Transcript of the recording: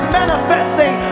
manifesting